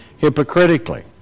hypocritically